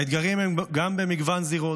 האתגרים הם במגוון זירות,